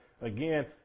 Again